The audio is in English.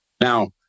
Now